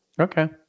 okay